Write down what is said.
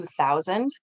2000